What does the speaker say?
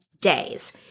days